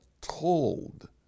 told